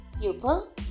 pupil